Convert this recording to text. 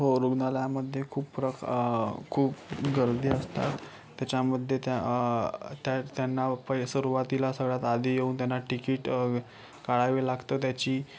हो रुग्णालयामध्ये खूप फ्रक् खूप गर्दी असतात त्याच्यामध्ये त्या त्या त्यांना सुरवातीला सगळ्यात आधी येऊन त्यांना तिकीट काढावे लागतात त्याची